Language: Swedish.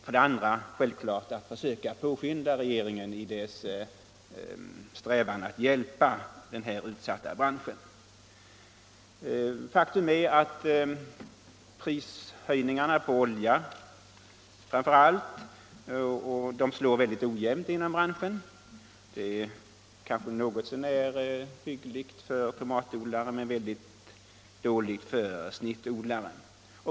För det andra ville jag självklart försöka påskynda regeringens strävan att hjälpa denna utsatta bransch. Faktum är att framför allt prishöjningarna på olja slår väldigt ojämnt inom branschen. Läget är kanske något så när hyggligt för tomatodlarna men det är mycket dåligt för genomsnittsodlaren.